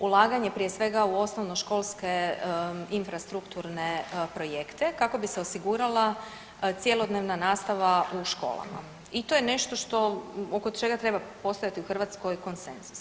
Ulaganje, prije svega u osnovnoškolske infrastrukturne projekte kako bi se osigurala cjelodnevna nastava u školama i to je nešto što, oko čega treba postojati u Hrvatskoj konsenzus.